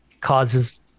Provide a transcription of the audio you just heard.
causes